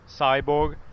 Cyborg